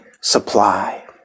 supply